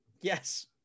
Yes